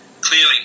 clearly